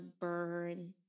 burn